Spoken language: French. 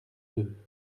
deux